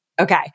Okay